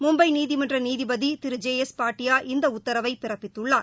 மும்பைநீதிமன்றநீதிபதிதிரு J S Bhatia இந்தஉத்தரவைபிறப்பித்துள்ளார்